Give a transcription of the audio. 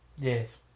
Yes